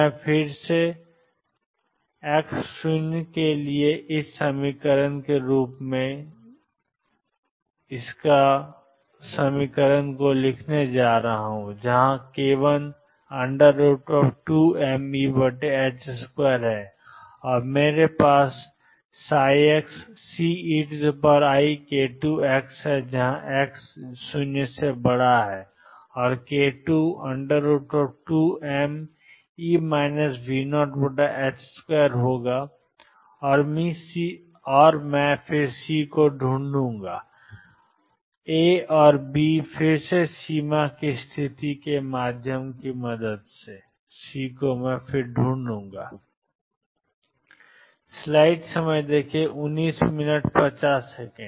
तो फिर से मैं x0 के लिए xAeik1xBe ik1x होने जा रहा हूं जहां k12mE2और मेरे पास xCeik2x जहां x0 के लिए k22m2 होगा और मैं सी कैसे ढूंढूं ए और बी फिर से सीमा की स्थिति के माध्यम से